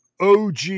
OG